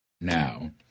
now